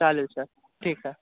चालेल सर ठीक आहे